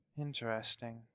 Interesting